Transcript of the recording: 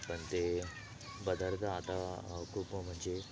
पण ते पदार्थ आता खूप म्हणजे